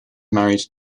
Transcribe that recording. married